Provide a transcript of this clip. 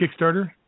Kickstarter